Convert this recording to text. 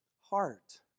heart